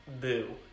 Boo